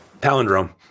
Palindrome